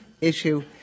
issue